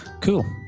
cool